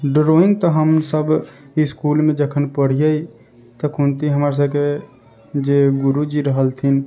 drawing तऽ हमसब इसकुल मे जखन पढ़ियै तखुनते हमरा सबके जे गुरुजी रहलथिन